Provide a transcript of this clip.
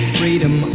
freedom